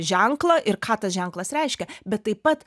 ženklą ir ką tas ženklas reiškia bet taip pat